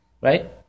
right